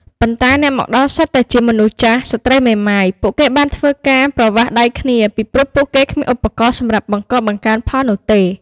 ប៉ុន្តែអ្នកមកដល់សុទ្ធតែជាមនុស្សចាស់ ស្ត្រីមេម៉ាយ ពួកគេបានធ្វើការ ប្រវាស់ដៃគ្នា ពីព្រោះពួកគេគ្មានឧបករណ៏សំរាប់បង្ករបង្កើនផលនោះទេ ។